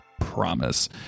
promise